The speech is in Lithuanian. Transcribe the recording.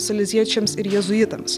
saliziečiams ir jėzuitams